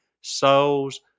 souls